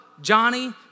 Johnny